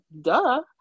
duh